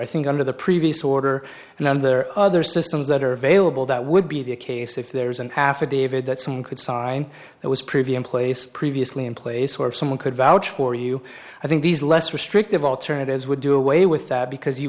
i think under the previous order and then there are other systems that are available that would be the case if there is an affidavit that someone could sign it was privy emplace previously in place or someone could vouch for you i think these less restrictive alternatives would do away with that because you